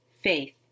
Faith